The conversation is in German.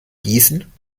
gießen